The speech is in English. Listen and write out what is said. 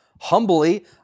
humbly